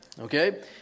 Okay